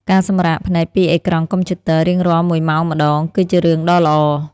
ការសម្រាកភ្នែកពីអេក្រង់កុំព្យូទ័ររៀងរាល់មួយម៉ោងម្ដង គឺជារឿងដ៏ល្អ។